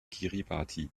kiribati